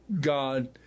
God